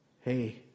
hey